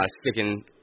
sticking